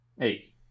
eight